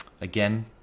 Again